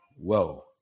whoa